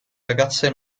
ragazze